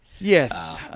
yes